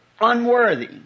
unworthy